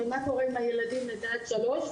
אבל מה קורה עם הילדים לידה עד שלוש?